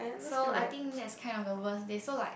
so I think that's kind of the worst so like